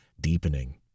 deepening